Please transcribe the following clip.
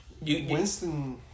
Winston